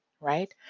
right